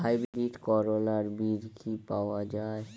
Hybrid করলার বীজ কি পাওয়া যায়?